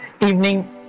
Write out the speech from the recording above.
evening